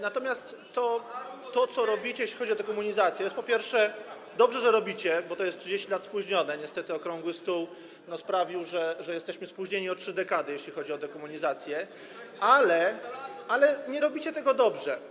Natomiast co do tego, co robicie, jeśli chodzi o dekomunizację, to po pierwsze, dobrze, że robicie, bo to jest o 30 lat spóźnione, niestety okrągły stół sprawił, że jesteśmy spóźnieni o trzy dekady, jeśli chodzi o dekomunizację, [[Poruszenie na sali]] ale nie robicie tego dobrze.